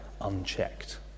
unchecked